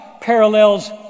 parallels